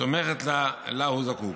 התומכת לה הוא זקוק.